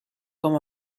com